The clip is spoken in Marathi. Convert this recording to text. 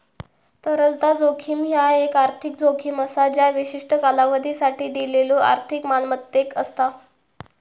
तरलता जोखीम ह्या एक आर्थिक जोखीम असा ज्या विशिष्ट कालावधीसाठी दिलेल्यो आर्थिक मालमत्तेक असता